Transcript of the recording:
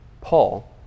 Paul